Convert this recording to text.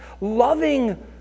loving